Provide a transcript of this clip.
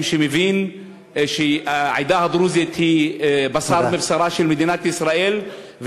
שמבין שהעדה הדרוזית היא בשר מבשרה של מדינת ישראל,